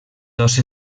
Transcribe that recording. dos